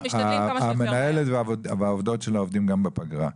המנהלת והעובדות שלה עובדים גם בפגרה.